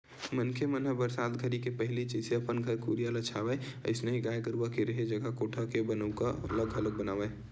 मनखे मन ह बरसात घरी के पहिली जइसे अपन घर कुरिया ल छावय अइसने ही गाय गरूवा के रेहे जघा कोठा के बनउका ल घलोक बनावय